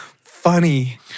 funny